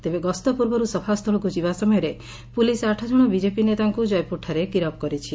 ତେବେ ଗସ୍ତ ପୂର୍ବରୁ ସଭାସ୍ଥଳକୁ ଯିବା ସମୟରେ ପୁଲିସ୍ ଆଠକଶ ବିଜେପି ନେତାଙ୍କୁ ଲାଗି ରହିଛି